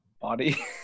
body